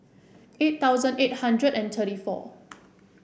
eight thousand eight hundred and thirty four